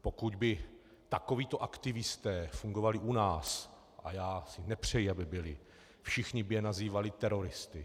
Pokud by takovíto aktivisté fungovali u nás, a já si nepřeji, aby byli, všichni by je nazývali teroristy.